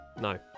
no